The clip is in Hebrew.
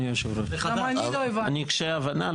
אני קשה הבנה.